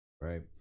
right